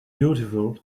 beautiful